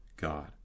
God